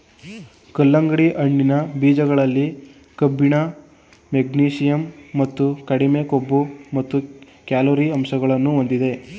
ಕಲ್ಲಂಗಡಿ ಹಣ್ಣಿನ ಬೀಜಗಳಲ್ಲಿ ಕಬ್ಬಿಣ, ಮೆಗ್ನೀಷಿಯಂ ಮತ್ತು ಕಡಿಮೆ ಕೊಬ್ಬು ಮತ್ತು ಕ್ಯಾಲೊರಿ ಅಂಶಗಳನ್ನು ಹೊಂದಿದೆ